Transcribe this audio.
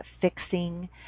fixing